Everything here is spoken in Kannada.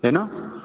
ಏನು